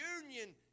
union